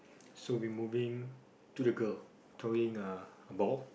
so we moving to the girl